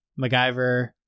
MacGyver